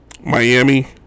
miami